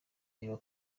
reba